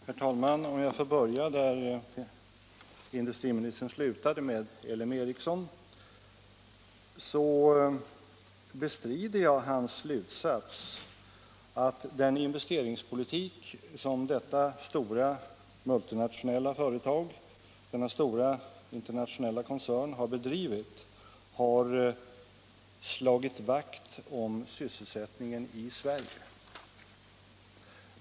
Herr talman! Låt mig börja där industriministern slutade, med LM Ericsson. Jag bestrider industriministerns slutsats att den investeringspolitik som detta stora, multinationella företag, denna stora internationella koncern, har bedrivit har slagit vakt om sysselsättningen i Sverige.